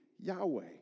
Yahweh